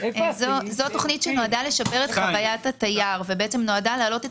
זו תוכנית שנועדה לשפר את חוויית התייר ונועדה להעלות את